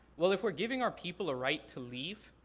well if we're giving our people a right to leave,